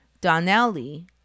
Donnelly